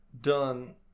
done